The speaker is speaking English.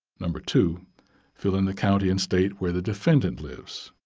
number two fill in the county and state where the defendant lives.